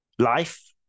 Life